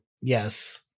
Yes